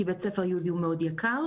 כי בית ספר יהודי הוא מאוד יקר.